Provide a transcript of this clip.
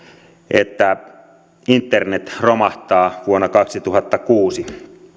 että internet romahtaa vuonna kaksituhattakuusi